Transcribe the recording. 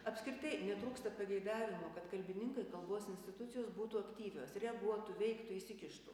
apskritai netrūksta pageidavimo kad kalbininkai kalbos institucijos būtų aktyvios reaguotų veiktų įsikištų